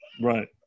Right